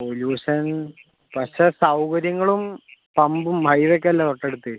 pollution പക്ഷെ സൗകര്യങ്ങളും പമ്പും ഹൈവെ ഒക്കെ അല്ലെ തൊട്ടടുത്ത്